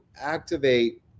activate